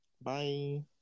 Bye